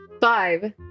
Five